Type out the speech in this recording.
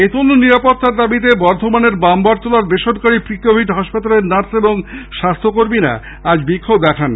বেতন এ নিরাপত্তার দাবিতে বর্ধমানের বামবটতলার বেসরকারি প্রি কোভিড হাসপাতালের নার্স ও স্বাস্থ্যকর্মীরা আজ বিক্ষোভ দেখায়